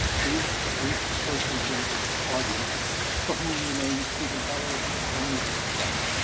two or three persons in this audience for whom the name steven heller only rings a bell.